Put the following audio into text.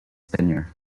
tenure